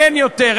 אין יותר.